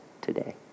today